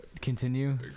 continue